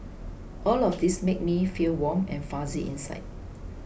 all of these make me feel warm and fuzzy inside